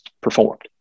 performed